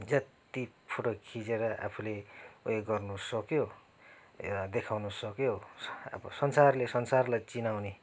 जति फोटो खिचेर आफूले उयो गर्नु सक्यो देखाउनु सक्यो अब संसारले संसारलाई चिनाउने